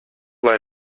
lai